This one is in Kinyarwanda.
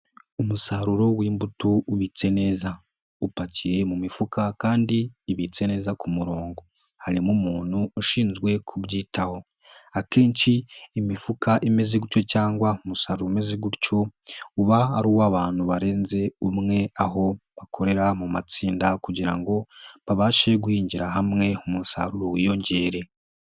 Umusaruro w'imbuto ubitse neza upakiye mu mifuka kandi ibitse neza ku murongo. Harimo umuntu ushinzwe kubyitaho. Akenshi imifuka imeze gutyo cyangwa umusaruro umeze gutyo uba ari uw'abantu barenze umwe, aho bakorera mu matsinda kugira ngo babashe guhingira hamwe umusaruro wiyongere.